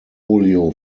julio